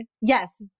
yes